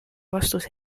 vastus